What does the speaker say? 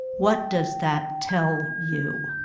what does that tell you?